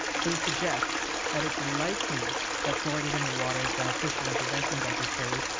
they suggest that it's likely that fluoridating the water is beneficial in preventing dental carries.